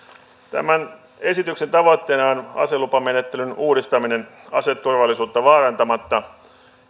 tämän esityksen tavoitteena on aselupamenettelyn uudistaminen aseturvallisuutta vaarantamatta